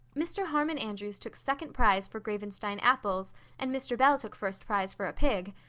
mr. harmon andrews took second prize for gravenstein apples and mr. bell took first prize for a pig.